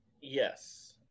Yes